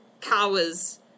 cowers